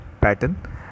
pattern